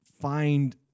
find